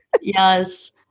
Yes